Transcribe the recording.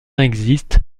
existe